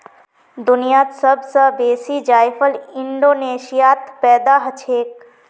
दुनियात सब स बेसी जायफल इंडोनेशियात पैदा हछेक